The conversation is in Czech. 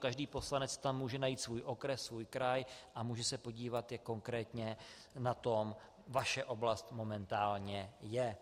Každý poslanec tam může najít svůj okres, svůj kraj a může se podívat, jak konkrétně na tom vaše oblast momentálně je.